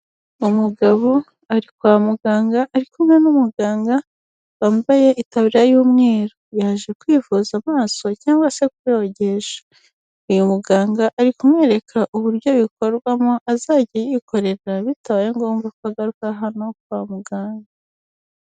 Umugabo ari kwa muganga, ari kumwe n'umuganga wambaye itaburiya y'umweru. Yaje kwivuza amaso cyangwa se kuyogesha, uyu muganga ari kumwereka uburyo bikorwamo azajya yikorera bitabaye ngombwa ko agaruka hano kwa muganga.